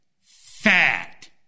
Fat